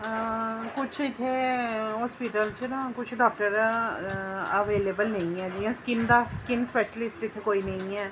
किश इत्थै हास्पिटल च ना किश डाक्टर अवेलएबल नेईं हैन जि'यां स्किन दा स्किन स्पैशलिसट कोई निं ऐ